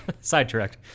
Sidetracked